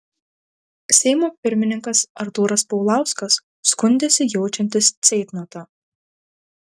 seimo pirmininkas artūras paulauskas skundėsi jaučiantis ceitnotą